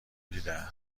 دیده